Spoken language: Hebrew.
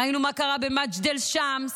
ראינו מה קרה במג'דל א-שמס,